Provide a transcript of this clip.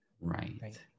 Right